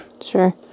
Sure